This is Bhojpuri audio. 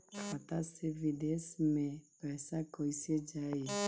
खाता से विदेश मे पैसा कईसे जाई?